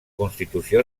constitució